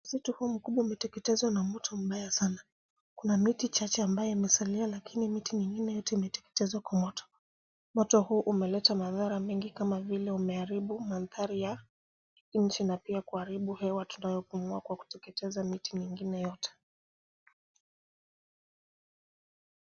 Msitu huu umeteketezwa na moto mbaya sana. Kuna miti michache ambayo imesalia lakini miti mingine yote imeteketezwa kwa moto. Moto huu umeleta madhara mengi kama vile umeharibu mandhari ya nchi na pia kuharibu hewa tunayopumua kwa kuteketeza miti mingine yote.